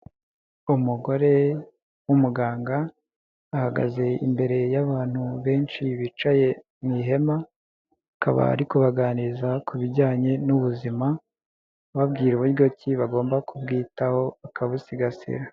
Umugore w'umuganga ahagaze imbere y'abantu benshi bicaye mu ihema, akaba ari kubaganiriza ku bijyanye n'ubuzima ababwira uburyo ki bagomba kubwitaho bakabusigasira.